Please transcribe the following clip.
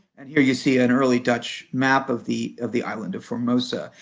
and here you see an early dutch map of the of the island of formosa.